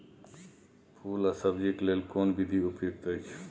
फूल आ सब्जीक लेल कोन विधी उपयुक्त अछि?